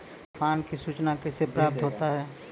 तुफान की सुचना कैसे प्राप्त होता हैं?